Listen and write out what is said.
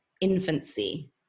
infancy